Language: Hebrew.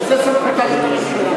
השר שלום צודק בכך שזו סמכותה של הממשלה,